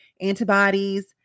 antibodies